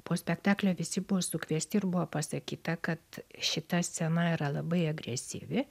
po spektaklio visi buvo sukviesti ir buvo pasakyta kad šita scena yra labai agresyvi